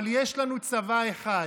אבל יש לנו צבא אחד: